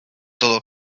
todo